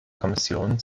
kommission